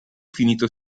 finito